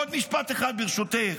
עוד משפט אחד, ברשותך.